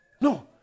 No